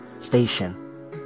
station